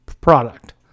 product